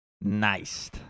Nice